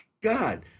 God